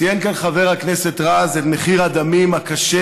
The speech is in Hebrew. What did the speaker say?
ציין כאן חבר הכנסת רז את מחיר הדמים הקשה